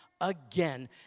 again